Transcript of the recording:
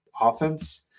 offense